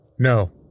No